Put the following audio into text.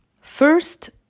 First